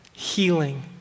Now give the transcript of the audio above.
healing